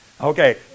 Okay